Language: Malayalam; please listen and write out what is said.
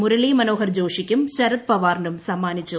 മുരളി മനോഹർ ജോഷിക്കും ശരത് പവാറിനും സമ്മാനിച്ചു